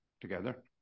together